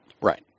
Right